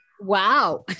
Wow